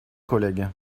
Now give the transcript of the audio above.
collègue